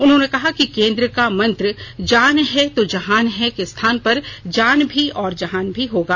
उन्होंने कहा कि सरकार का मंत्र जान है तो जहान है के स्थान पर जान भी और जहान भी होगा